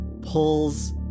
pulls